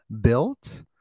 built